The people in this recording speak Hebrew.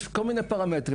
יש כל מיני פרמטרים,